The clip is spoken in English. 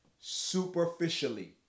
Superficially